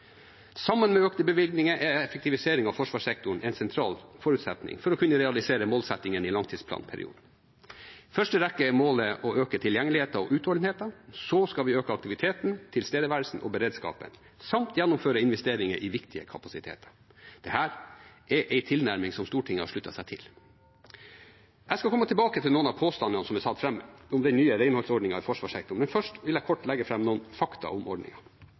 Sammen med økte bevilgninger er effektivisering av forsvarssektoren en sentral forutsetning for å kunne realisere målsettingene i langtidsplanperioden. I første rekke er målet å øke tilgjengeligheten og utholdenheten. Så skal vi øke aktiviteten, tilstedeværelsen og beredskapen samt gjennomføre investeringer i viktige kapasiteter. Dette er en tilnærming som Stortinget har sluttet seg til. Jeg skal komme tilbake til noen av påstandene som er satt fram om den nye renholdsordningen i forsvarssektoren. Men først vil jeg kort legge fram noen fakta om